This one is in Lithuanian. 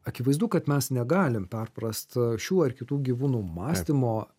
akivaizdu kad mes negalim perprast šių ar kitų gyvūnų mąstymo